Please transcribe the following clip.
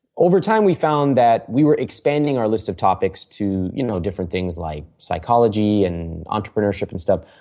over time we found that we were expanding our list of topics to you know different things like psychology, and entrepreneurship, and stuff.